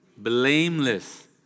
Blameless